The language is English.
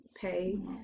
pay